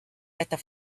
better